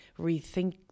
rethink